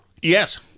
Yes